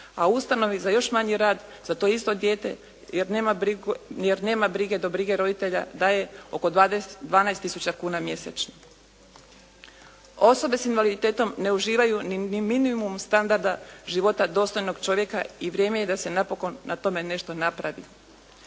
a ustanovi za još manji rad za to isto dijete, jer nema brige do brige roditelja daje oko 12000 kuna mjesečno. Osobe s invaliditetom ne uživaju ni minimum standarda života dostojnog čovjeka i vrijeme je da se napokon na tome nešto napravi.